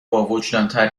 باوجدانتر